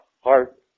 heart